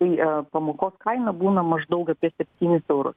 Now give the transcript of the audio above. tai pamokos kaina būna maždaug apie septynis eurus